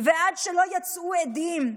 ועד שלא יצאו הדים,